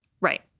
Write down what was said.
Right